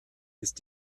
ist